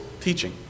teaching